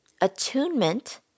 Attunement